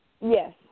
Yes